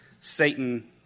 Satan